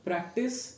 Practice